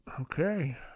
Okay